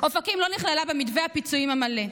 אופקים לא נכללה במתווה הפיצויים המלא,